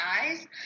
eyes